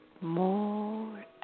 more